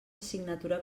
assignatura